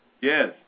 Yes